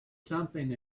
something